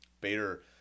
Bader